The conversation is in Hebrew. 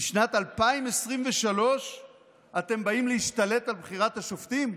בשנת 2023 אתם באים להשתלט על בחירת השופטים?